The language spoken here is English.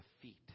defeat